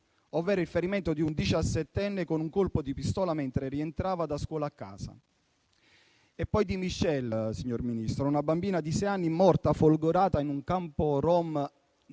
ovvero il ferimento di un diciassettenne con un colpo di pistola mentre rientrava a casa da scuola. Vi è poi il caso di Michelle, signor Ministro, una bambina di sei anni morta folgorata in un campo rom